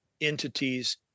entities